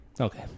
Okay